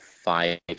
five